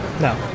No